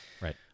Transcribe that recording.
Right